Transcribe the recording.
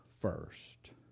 First